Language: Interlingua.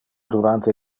durante